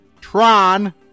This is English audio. Tron